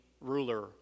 ruler